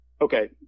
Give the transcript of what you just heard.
okay